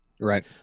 Right